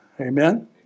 Amen